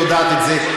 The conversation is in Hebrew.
והיא יודעת את זה,